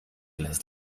las